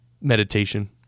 meditation